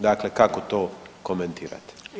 Dakle kako to komentirate?